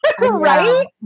right